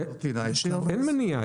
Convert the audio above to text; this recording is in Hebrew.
אין מניעה.